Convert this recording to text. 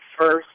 first